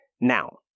Now